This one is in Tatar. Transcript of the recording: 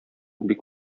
бик